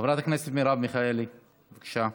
חברת הכנסת מרב מיכאלי, בבקשה.